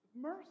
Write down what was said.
Mercy